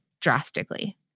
drastically